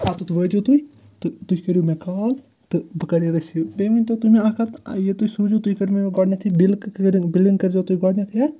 تَتُھ وٲتِو تُہۍ تہٕ تُہۍ کٔرِو مےٚ کال تہٕ بہٕ کَرٕ یہِ رٔسیٖو بیٚیہِ ؤنۍ تَو تُہۍ مےٚ اَکھ کَتھ یہِ تُہۍ سوٗزِو تُہۍ کٔرمیو مےٚ گۄڈنٮ۪تھٕے بل بِلِنٛگ کٔرِزیو تُہۍ گۄڈنٮ۪تھٕے اَتھ